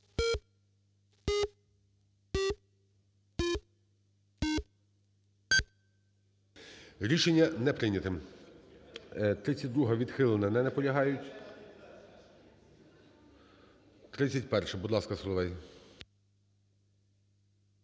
Рішення не прийнято. 32-а. Відхилена. Не наполягають. 31-а. Будь ласка, Соловей.